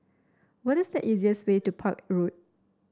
what is the easiest way to Park Road